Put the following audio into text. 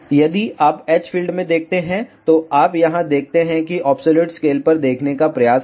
यदि आप H field में देखते हैं तो आप यहाँ देखते हैं कि अब्सोल्युट स्केल पर देखने का प्रयास करें